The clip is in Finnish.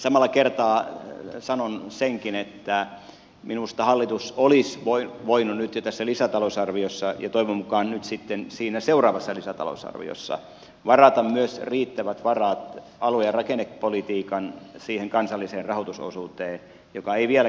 samalla kertaa sanon senkin että minusta hallitus olisi voinut nyt jo tässä lisätalousarviossa varata ja toivon mukaan nyt sitten siinä seuraavassa lisätalousarviossa varaa myös riittävät varat alue ja rakennepolitiikan siihen kansalliseen rahoitusosuuteen joka ei vieläkään ole riittävä